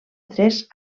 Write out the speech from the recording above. tres